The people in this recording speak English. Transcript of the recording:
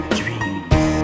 dreams